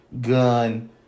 gun